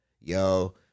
yo